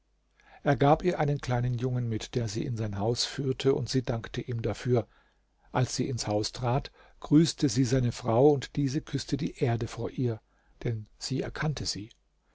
er gab ihr einen kleinen jungen mit der sie in sein haus führte und sie dankte ihm dafür als sie ins haus trat grüßte sie seine frau und diese küßte die erde vor ihr denn sie erkannte sie